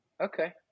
okay